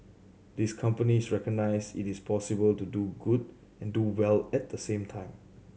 these companies recognise it is possible to do good and do well at the same time